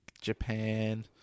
Japan